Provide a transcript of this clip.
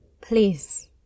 Please